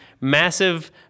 massive